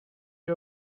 you